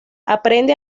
aprende